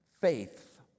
faith